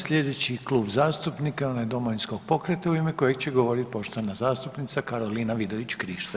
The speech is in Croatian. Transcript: Sljedeći klub zastupnika je onaj Domovinskog pokreta u ime kojeg će govoriti poštovana zastupnica Karolina Vidović Krišto.